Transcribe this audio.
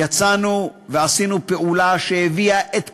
יצאנו ועשינו פעולה שהביאה את כולם,